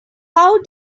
how